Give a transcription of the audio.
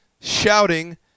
shouting